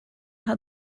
how